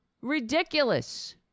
Ridiculous